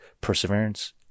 perseverance